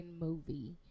movie